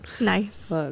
Nice